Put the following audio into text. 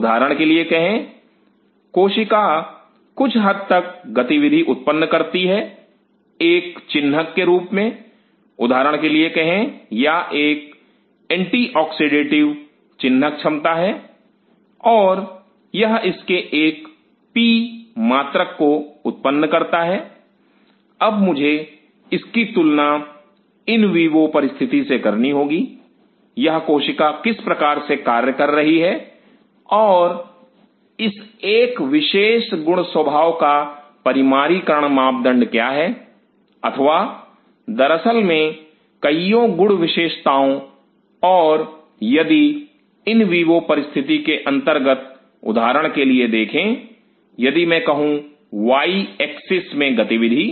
उदाहरण के लिए कहे कोशिका कुछ हद तक गतिविधि उत्पन्न करती हैं एक चिह्न के रूप में उदाहरण के लिए कहें या एक एंटी ऑक्सीडेटिव चिह्न क्षमता है और यह इसके एक पी मात्रक को उत्पन्न करता है अब मुझे इसकी तुलना इन वीवो परिस्थिति से करनी होगी यह कोशिका किस प्रकार से कार्य कर रही है और इस एक विशेष गुण स्वभाव का परिमाणीकरण मापदंड क्या है अथवा दरअसल में कईयों गुण विशेषताओं और यदि इन वीवो परिस्थिति के अंतर्गत उदाहरण के लिए देखें यदि मैं कहूं वाई एक्सिस में गतिविधि